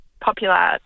popular